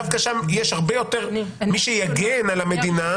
דווקא שם יש הרבה יותר מי שיגן על המדינה.